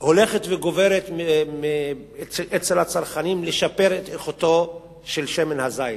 הולכת וגוברת אצל הצרכנים לשפר את איכותו של שמן הזית.